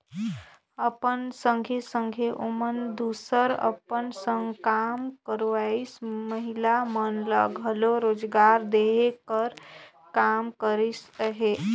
अपन संघे संघे ओमन दूसर अपन संग काम करोइया महिला मन ल घलो रोजगार देहे कर काम करिस अहे